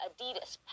Adidas